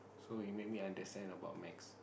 so you make me understand about maths